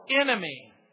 enemy